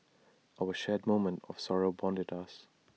our shared moment of sorrow bonded us